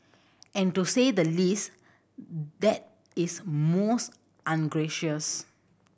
and to say the least that is most ungracious